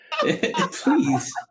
Please